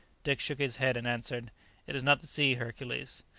dick shook his head and answered it is not the sea, hercules.